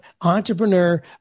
entrepreneur